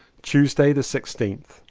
tuesday the sixteenth.